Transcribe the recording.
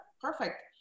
perfect